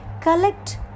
collect